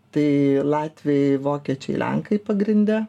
tai latviai vokiečiai lenkai pagrinde